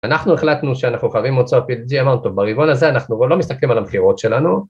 אנחנו החלטנו שאנחנו חייבים מוצר PLG אמרנו טוב, ברבעון הזה אנחנו לא מסתכלים על המכירות שלנו